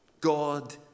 God